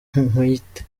nkwite